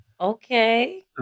Okay